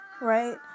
Right